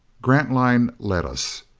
grantline led us.